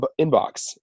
inbox